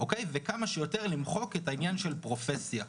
וכמה שיותר למחוק את העניין של פרופסיה,